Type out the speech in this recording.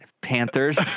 Panthers